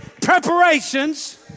preparations